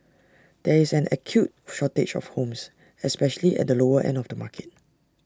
there is an acute shortage of homes especially at the lower end of the market